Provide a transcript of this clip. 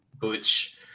Butch